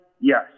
yes